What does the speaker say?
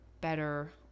better